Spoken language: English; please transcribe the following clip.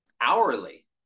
hourly